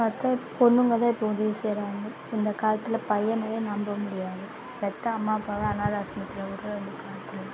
பார்த்தா பொண்ணுங்க தான் இப்போ உதவி செய்யறாங்க இப்போ இந்த காலத்தில் பையனே நம்பமுடியாது பெற்ற அம்மா அப்பாவை அனாதை ஆசரமத்தில் விட்ற இந்த காலத்தில்